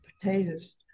potatoes